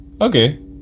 Okay